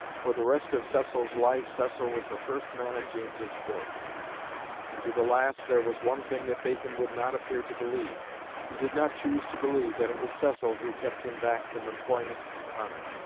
for the rest of cecil's life cecil was the first man at james's court and to the last there was one thing that bacon would not appear to believe he did not choose to believe that it was cecil who kept him back from employment and honour.